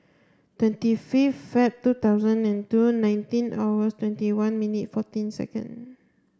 twenty fifth Feb two thousand and two nineteen hours twenty one minute fourteen second